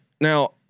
Now